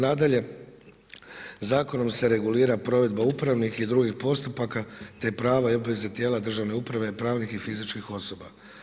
Nadalje, zakonom se regulira provedba upravnih i drugih postupaka, te prava i obveze tijela državne uprave, pravnih i fizičkih osoba.